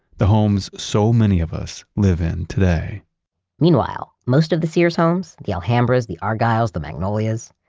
the homes so many of us live in today meanwhile, most of the sears homes the alhambras, the argyles, the magnolias,